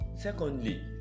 secondly